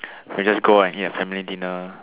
we just go and eat a family dinner